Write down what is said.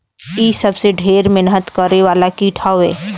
इ सबसे ढेर मेहनत करे वाला कीट हौ